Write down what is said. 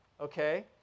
okay